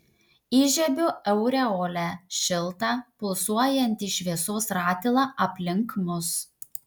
įžiebiu aureolę šiltą pulsuojantį šviesos ratilą aplink mus